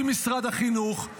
עם משרד החינוך,